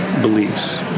beliefs